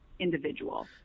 individual